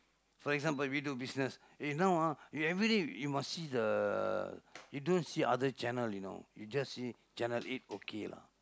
for example we do business eh now ah you everyday you must see the you don't see the other channel you know you just see channel-eight okay lah